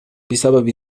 بسبب